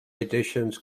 editions